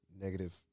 negative